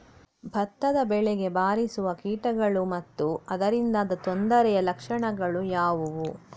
ಭತ್ತದ ಬೆಳೆಗೆ ಬಾರಿಸುವ ಕೀಟಗಳು ಮತ್ತು ಅದರಿಂದಾದ ತೊಂದರೆಯ ಲಕ್ಷಣಗಳು ಯಾವುವು?